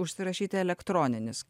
užsirašyti elektroninis